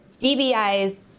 DBI's